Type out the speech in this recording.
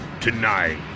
Tonight